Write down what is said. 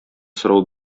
сорау